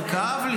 זה כאב לי,